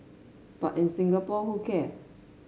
but in Singapore who care